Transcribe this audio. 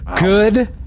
Good